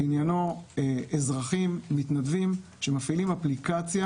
שעניינו אזרחים מתנדבים שמפעילים אפליקציה